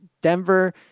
Denver